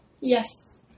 Yes